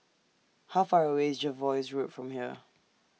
How Far away IS Jervois Road from here